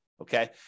Okay